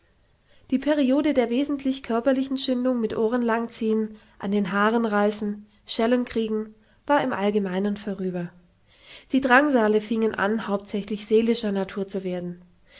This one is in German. die periode der wesentlich körperlichen schindung mit ohrenlangziehen andenhaarenreißen schellenkriegen war im allgemeinen vorüber die drangsale fingen an hauptsächlich seelischer natur zu werden